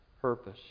purpose